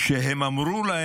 הם אמרו: